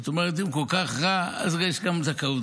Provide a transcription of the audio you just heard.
זאת אומרת, אם כל כך רע, אז יש גם זכאות.